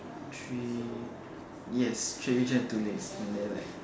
three yes three pigeons two legs and there like